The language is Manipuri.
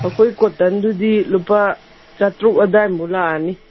ꯑꯩꯈꯣꯏ ꯀꯣꯇꯟꯗꯨꯗꯤ ꯂꯨꯄꯥ ꯆꯥꯇ꯭ꯔꯨꯛ ꯑꯗꯥꯏꯃꯨꯛ ꯂꯥꯛꯑꯅꯤ